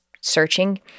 searching